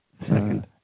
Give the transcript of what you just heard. second